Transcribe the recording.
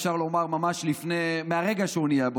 אפשר לומר ממש מהרגע שהוא נהיה שר,